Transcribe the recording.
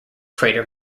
crater